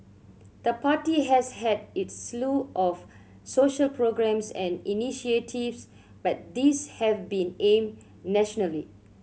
the party has had its slew of social programmes and initiatives but these have been aimed nationally